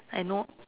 I know